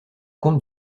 comte